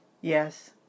Yes